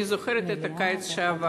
אני זוכרת את הקיץ שעבר,